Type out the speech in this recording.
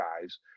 guys